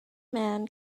man